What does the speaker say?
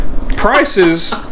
Prices